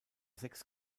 sechs